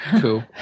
cool